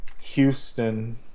Houston